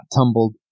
tumbled